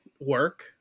work